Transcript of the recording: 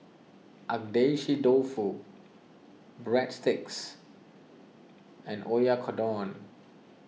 Agedashi Dofu Breadsticks and Oyakodon